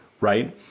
right